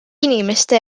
inimeste